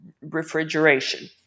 refrigeration